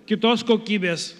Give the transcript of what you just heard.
kitos kokybės